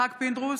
יצחק פינדרוס,